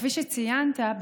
כפי שציינת,